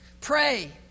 Pray